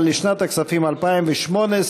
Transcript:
אבל לשנת הכספים 2018,